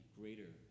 greater